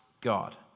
God